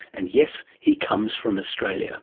and yes, he comes from australia